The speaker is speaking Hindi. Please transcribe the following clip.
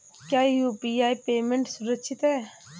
क्या यू.पी.आई पेमेंट सुरक्षित है?